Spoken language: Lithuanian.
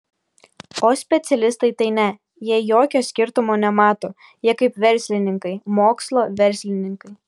o specialistai tai ne jie jokio skirtumo nemato jie kaip verslininkai mokslo verslininkai